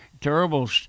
terrible